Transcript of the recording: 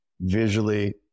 Visually